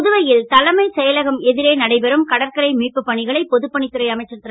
புதுவை ல் தலைமை செயலகம் எ ரே நடைபெறும் கடற்கரை மீட்புப் பணிகளை பொதுப் பணித்துறை அமைச்சர் ரு